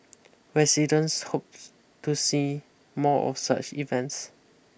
residents hopes to see more of such events